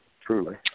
truly